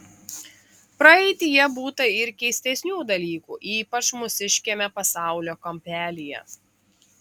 praeityje būta ir keistesnių dalykų ypač mūsiškiame pasaulio kampelyje